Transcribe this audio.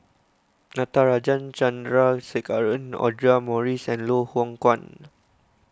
Natarajan Chandrasekaran Audra Morrice and Loh Hoong Kwan